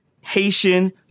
Haitian